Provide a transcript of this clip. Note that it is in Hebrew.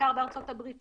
בעיקר בארצות הברית,